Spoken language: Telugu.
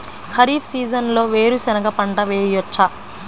ఖరీఫ్ సీజన్లో వేరు శెనగ పంట వేయచ్చా?